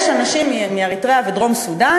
יש אנשים מאריתריאה ודרום-סודאן